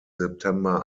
september